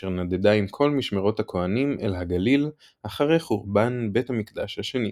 אשר נדדה עם כל משמרות הכוהנים אל הגליל אחרי חורבן בית המקדש השני.